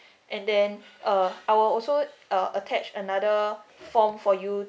and then uh I will also uh attach another form for you